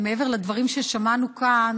מעבר לדברים ששמענו כאן,